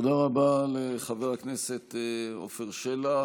תודה רבה לחבר הכנסת עפר שלח.